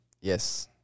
Yes